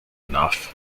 enough